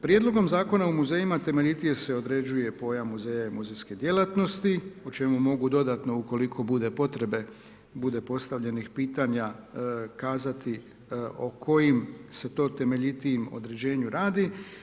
Prijedlogom Zakona o muzejima temeljitije se određuje pojam muzeja i muzejske djelatnosti, o čemu mogu dodatno ukoliko bude potrebe, bude postavljenih pitanja, kazati o kojim se to temeljitijim određenju radi.